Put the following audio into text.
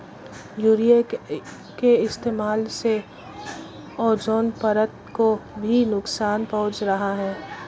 urea के इस्तेमाल से ओजोन परत को भी नुकसान पहुंच रहा है